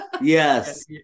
Yes